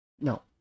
No